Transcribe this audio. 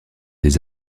des